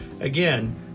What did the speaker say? Again